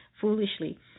foolishly